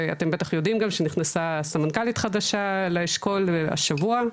ואתם בטח יודעים גם שנכנסה סמנכ"לית חדשה לאשכול השבוע,